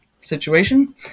situation